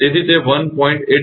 તેથી તે 1